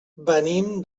venim